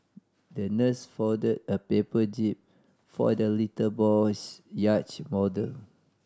the nurse folded a paper jib for the little boy's yacht model